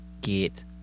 get